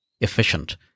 efficient